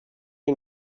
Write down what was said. you